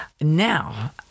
Now